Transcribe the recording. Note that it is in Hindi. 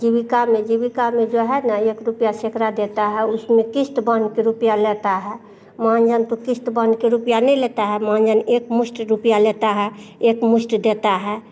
जीविका में जीविका में जो है ना एक रुपया सैकड़ा देता है उसमें किश्त बंध के रुपया लेता है मान जन तो किश्त बन के रुपया नहीं लेता है मान जन एकमुश्त रुपया लेता है एक मुश्त देता है